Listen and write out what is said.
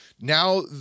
now